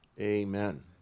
Amen